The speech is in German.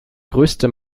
größte